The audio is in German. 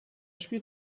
spielt